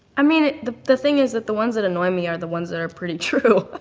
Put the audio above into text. i mean it, the the thing is that the ones that annoy me are the ones that are pretty true.